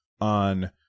on